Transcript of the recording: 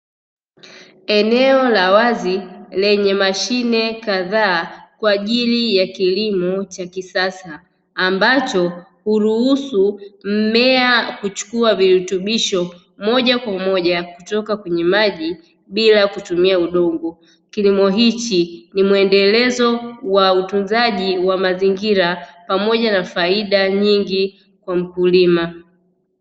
Eneo la wazi lenye mashine kadhaa kwa ajili ya kilimo cha kisasa ambacho huruhusu mmea kuchukua virutubisho moja kwa moja kutoka kwenye maji bila kutumia udongo, kilimo hichi ni mwendelezo wa utunzaji wa mazingira pamoja na faida nyingi kwa mkulima.